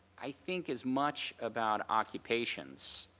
i think as much about occupations